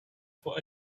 for